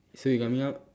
so you coming out